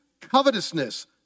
covetousness